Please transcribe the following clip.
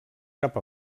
cap